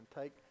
take